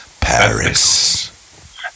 Paris